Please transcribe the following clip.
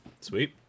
Sweet